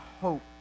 hope